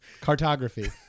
Cartography